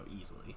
easily